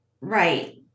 Right